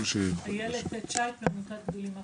איילת שייט עמותת גדולים מהחיים.